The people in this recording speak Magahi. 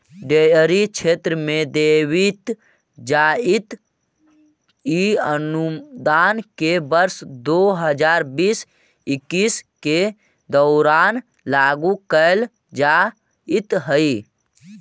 डेयरी क्षेत्र में देवित जाइत इ अनुदान के वर्ष दो हज़ार बीस इक्कीस के दौरान लागू कैल जाइत हइ